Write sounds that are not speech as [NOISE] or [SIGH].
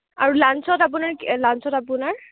আৰু লাঞ্চত আপোনাৰ [UNINTELLIGIBLE] লাঞ্চত আপোনাৰ